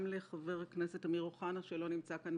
וגם לחבר הכנסת אמיר אוחנה שלא נמצא כאן,